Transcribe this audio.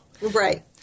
Right